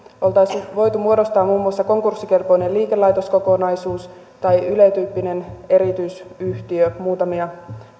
oltaisiin voitu muodostaa muun muassa konkurssikelpoinen liikelaitoskokonaisuus tai yle tyyppinen erityisyhtiö muutamia